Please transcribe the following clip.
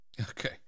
Okay